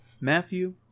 matthew